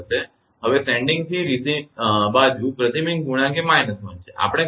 હવે sending end બાજુ પ્રતિબિંબ ગુણાંક એ −1 છે આપણે ગણતરી કરી છે